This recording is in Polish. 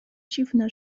dziwne